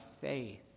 faith